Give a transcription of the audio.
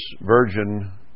virgin